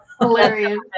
hilarious